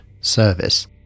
service